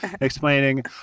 explaining